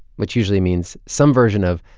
which usually means some version of,